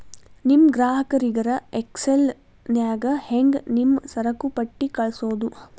ನಿಮ್ ಗ್ರಾಹಕರಿಗರ ಎಕ್ಸೆಲ್ ನ್ಯಾಗ ಹೆಂಗ್ ನಿಮ್ಮ ಸರಕುಪಟ್ಟಿ ಕಳ್ಸೋದು?